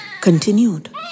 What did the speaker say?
continued